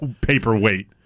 paperweight